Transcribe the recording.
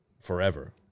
forever